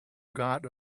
got